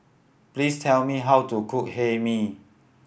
please tell me how to cook Hae Mee